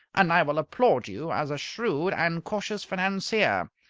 and i will applaud you as a shrewd and cautious financier.